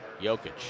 Jokic